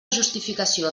justificació